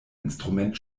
instrument